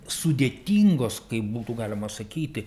sudėtingos kaip būtų galima sakyti